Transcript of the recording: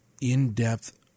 in-depth